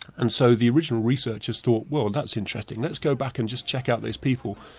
and so the original researchers thought, well, that's interesting, let's go back and just check out these people.